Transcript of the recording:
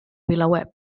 vilaweb